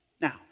Now